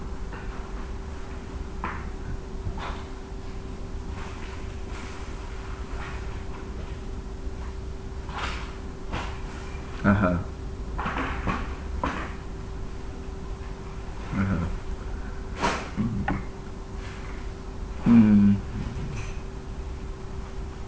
(uh huh) (uh huh) mm mm